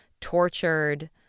tortured